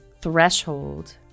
Threshold